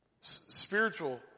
spiritual